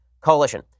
coalition